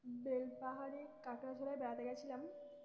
বেলপাহাড়ি কাঁকড়াঝোড়ে বেড়াতে গেছিলাম